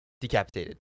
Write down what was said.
decapitated